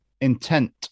intent